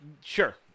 sure